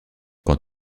quand